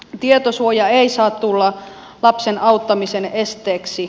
tietosuoja ei saa tulla lapsen auttamisen esteeksi